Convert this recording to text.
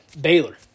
Baylor